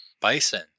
bison